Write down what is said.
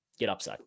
GetUpside